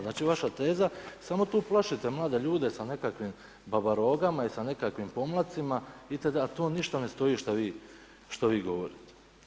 Znači vaša teza, samo tu plašite mlade ljude sa nekakvim babarogama i sa nekakvim pomladcima itd., ali to ništa ne stoji što vi govorite.